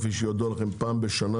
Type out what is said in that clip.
כפי שידוע לכם, פעם בשנה